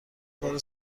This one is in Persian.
کار